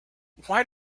why